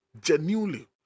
genuinely